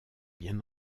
bien